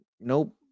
nope